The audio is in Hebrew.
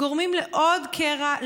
גורמים לעוד קרע,